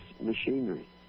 machinery